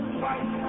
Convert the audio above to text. fight